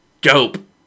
dope